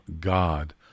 God